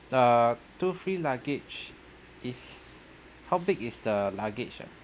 uh two free luggage is how big is the luggage right